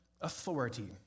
authority